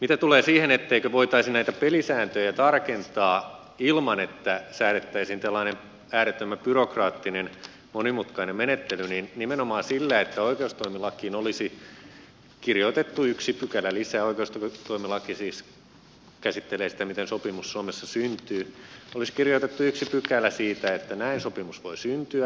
mitä tulee siihen etteikö voitaisi näitä pelisääntöjä tarkentaa ilman että säädettäisiin tällainen äärettömän byrokraattinen monimutkainen menettely niin nimenomaan sillä että oikeustoimilakiin olisi kirjoitettu yksi pykälä lisää oikeustoimilaki käsittelee siis sitä miten sopimus suomessa syntyy siitä että näin sopimus voi syntyä